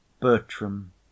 Bertram